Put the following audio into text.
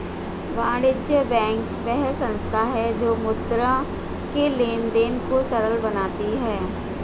वाणिज्य बैंक वह संस्था है जो मुद्रा के लेंन देंन को सरल बनाती है